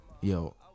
Yo